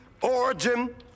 origin